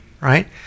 right